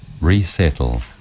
resettle